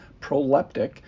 proleptic